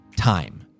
Time